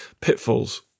pitfalls